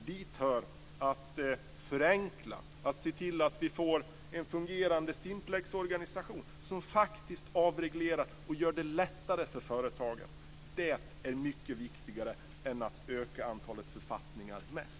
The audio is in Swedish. Dit hör att förenkla och se till att vi får en fungerande Simplexorganisation som faktiskt avreglerar och gör det lättare för företagen. Det är mycket viktigare än att öka antalet författningar mest.